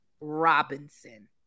Robinson